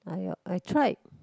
I I tried